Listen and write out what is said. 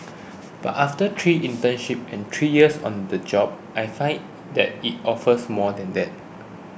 but after three internships and three years on the job I find that it offers more than that